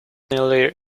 nearly